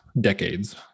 decades